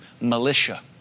militia